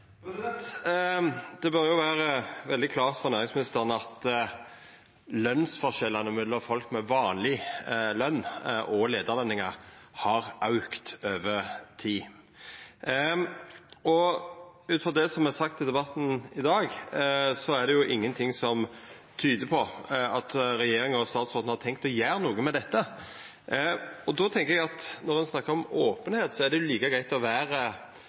Det bør vera veldig klart for næringsministeren at lønsforskjellane mellom folk med vanleg løn og leiarløningar har auka over tid. Ut frå det som er sagt i debatten i dag, er det ingenting som tyder på at regjeringa og statsråden har tenkt å gjera noko med dette. Eg tenkjer at når ein snakkar om openheit, er det like greitt å